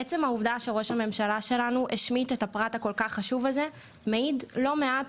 עצם זה שראש הממשלה שלנו השמיט את הפרט הכל כך חשוב הזה מעיד לא מעט